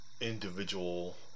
individual